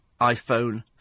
iPhone